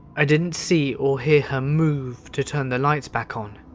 i didn't see or hear her move to turn the lights back on,